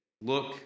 Look